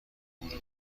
اروپا